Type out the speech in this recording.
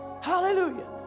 Hallelujah